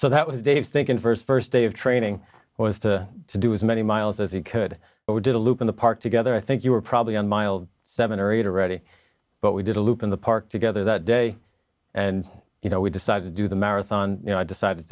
so that was dave think in first first day of training was to do as many miles as he could or did a loop in the park together i think you were probably on miles seven or eight already but we did a loop in the park together that day and you know we decided to do the marathon you know i decided